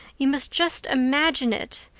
you must just imagine it.